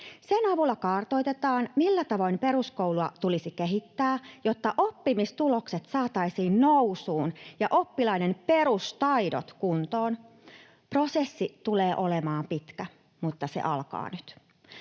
Sen avulla kartoitetaan, millä tavoin peruskoulua tulisi kehittää, jotta oppimistulokset saataisiin nousuun ja oppilaiden perustaidot kuntoon. Prosessi tulee olemaan pitkä, mutta se alkaa nyt.